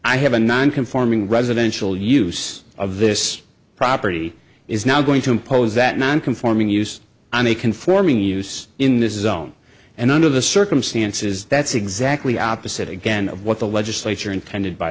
i have a non conforming residential use of this property is now going to impose that non conforming use on a conforming use in this is own and under the circumstances that's exactly opposite again of what the legislature intended by